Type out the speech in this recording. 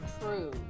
true